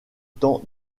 temps